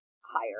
higher